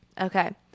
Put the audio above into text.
Okay